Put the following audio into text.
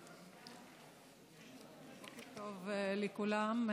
בוקר טוב לכולם,